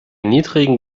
niedrigen